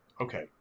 okay